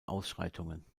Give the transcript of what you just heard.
ausschreitungen